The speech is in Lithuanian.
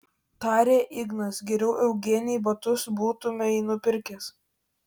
tarė ignas geriau eugenijai batus būtumei nupirkęs